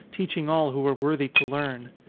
teaching all who were worthy to learn.